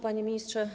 Panie Ministrze!